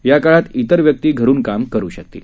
या काळात इतर व्यक्ती घरून काम करु शकतील